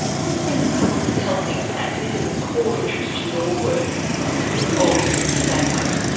what's been the public health impact? this is of core interest to your work of tobacco.